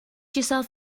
yourself